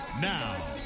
Now